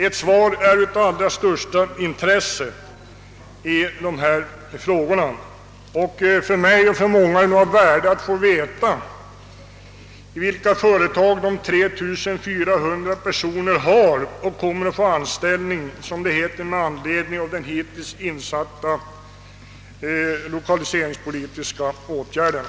Ett svar är av allra största intresse. För mig och för många är det av värde att få veta vid vilka företag de 3400 personer som nämns i slutet av svaret kommer att få anställning med anledning av de hittills insatta lokaliseringspolitiska åtgärderna.